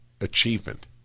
achievement